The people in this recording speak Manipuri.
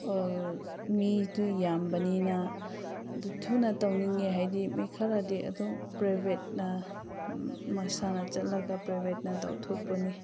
ꯃꯤꯗꯨ ꯌꯥꯝꯕꯅꯤꯅ ꯑꯗꯨ ꯊꯨꯅ ꯇꯧꯅꯤꯡꯉꯦ ꯍꯥꯏꯗꯤ ꯃꯤ ꯈꯔꯗꯤ ꯑꯗꯨꯝ ꯄ꯭ꯔꯥꯏꯕꯦꯠꯅ ꯃꯁꯥꯅ ꯆꯠꯂꯒ ꯄ꯭ꯔꯥꯏꯕꯦꯠꯅ ꯇꯧꯊꯣꯛꯄꯅꯤ